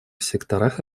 секторах